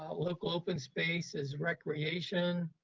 um local open space is recreation,